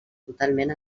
totalment